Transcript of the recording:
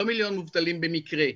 לא מיליון מובטלים במקרה,